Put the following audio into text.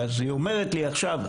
היא אומרת לי עכשיו,